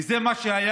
וזה מה שהיה